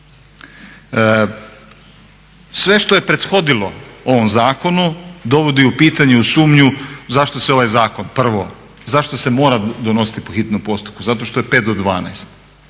Sve što je prethodilo ovom zakonu dovodi u pitanje, u sumnju, zašto se ovaj zakon prvo zašto se mora donositi po hitnom postupku? Zato što je pet do